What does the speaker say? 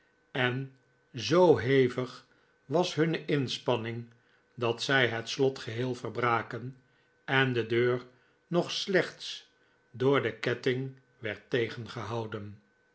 en zoo hevig was hunne inspanning dat z het slot geheel verbraken en de deur nog slechts door den ketting werd tegengehouden